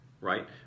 right